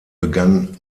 begann